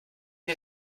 dir